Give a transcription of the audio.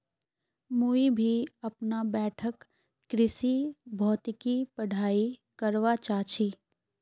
मुई भी अपना बैठक कृषि भौतिकी पढ़ाई करवा चा छी